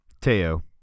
Teo